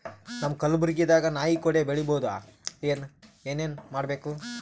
ನಮ್ಮ ಕಲಬುರ್ಗಿ ದಾಗ ನಾಯಿ ಕೊಡೆ ಬೆಳಿ ಬಹುದಾ, ಏನ ಏನ್ ಮಾಡಬೇಕು?